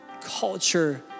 culture